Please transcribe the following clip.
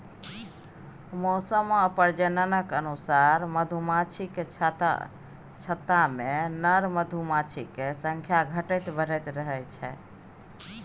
मौसम आ प्रजननक अनुसार मधुमाछीक छत्तामे नर मधुमाछीक संख्या घटैत बढ़ैत रहै छै